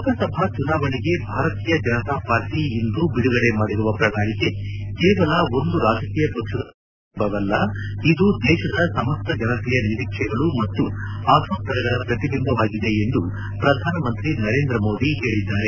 ಲೋಕಸಭಾ ಚುನಾವಣೆಗೆ ಭಾರತೀಯ ಜನತಾಪಕ್ಷ ಇಂದು ಬಿಡುಗಡೆ ಮಾಡಿರುವ ಪ್ರಣಾಳಿಕೆ ಕೇವಲ ಒಂದು ರಾಜಕೀಯ ಪಕ್ಷದ ಆಶೋತ್ತರಗಳ ಪ್ರತಿಬಿಂಭವಲ್ಲ ಇದು ದೇತದ ಸಮಸ್ತ ಜನತೆಯ ನಿರೀಕ್ಷೆಗಳು ಮತ್ತು ಆಶೋತ್ತರಗಳ ಪ್ರತಿಬಿಂಬವಾಗಿದೆ ಎಂದು ಪ್ರಧಾನಮಂತ್ರಿ ನರೇಂದ್ರ ಮೋದಿ ಹೇಳಿದ್ದಾರೆ